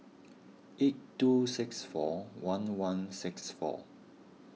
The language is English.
eight two six four one one six four